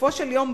בסופו של יום,